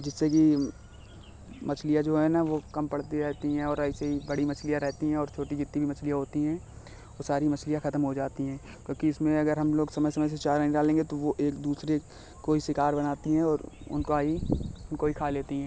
जिससे कि मछलियाँ जो हैं न वह कम पड़ती रहती हैं और ऐसे ही बड़ी मछलियाँ रहती हैं और छोटी जितनी भी मछलियाँ होती हैं वह सारी मछलियाँ ख़त्म हो जाती हैं क्योंकि इसमें अगर हम लोग समय समय से चारा नहीं डालेंगे तो वह एक दूसरे को ही शिकार बनाती हैं और उनका ही उनको ही खा लेती हैं